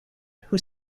who